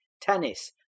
tennis